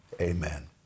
amen